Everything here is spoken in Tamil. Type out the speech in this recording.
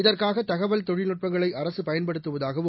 இதற்காக தகவல் தொழில்நுட்பங்களை அரசு பயன்படுத்துவதாகவும்